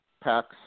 packs